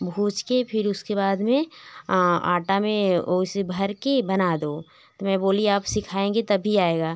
भूंज के फिर उसके बाद में आटा में वैसे भर के बना दो तो मैं बोली आप सिखाएँगे तभी आएगा